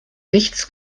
nichts